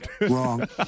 Wrong